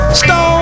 stone